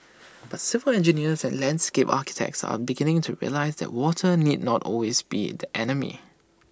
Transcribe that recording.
but civil engineers and landscape architects are beginning to realise that water need not always be the enemy